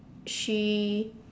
she